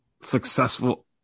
successful